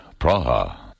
Praha